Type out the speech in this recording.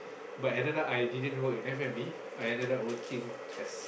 but ended up I didn't work in F-and-B I ended up working as